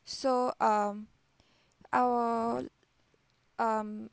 so um I'll um